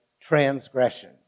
transgression